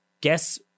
guess